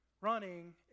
running